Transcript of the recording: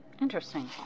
Interesting